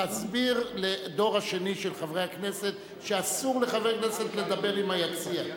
תסביר לדור השני של חברי הכנסת שאסור לחברי הכנסת לדבר עם היציע.